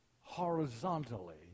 horizontally